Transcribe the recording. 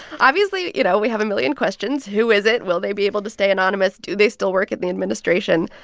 obviously, you know, we have a million questions. who is it? will they be able to stay anonymous? do they still work in the administration?